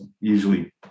usually